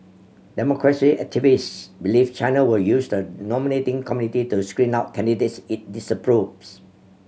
democracy activists believe China will use the nominating committee to screen out candidates it disapproves